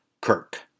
Kirk